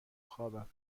خوابم